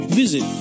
visit